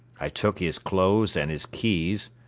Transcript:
i took his clothes and his keys,